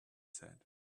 said